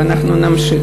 ואנחנו נמשיך.